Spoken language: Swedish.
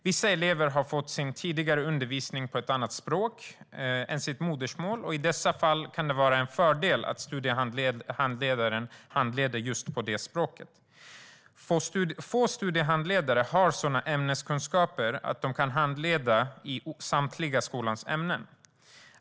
Vissa elever har fått sin tidigare undervisning på ett annat språk än sitt modersmål, och i dessa fall kan det vara en fördel att studiehandledaren handleder på det språket. Få studiehandledare har sådana ämneskunskaper att de kan handleda i skolans samtliga ämnen.